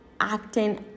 acting